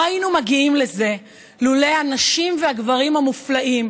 לא היינו מגיעים לזה לולא הנשים והגברים המופלאים